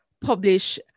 publish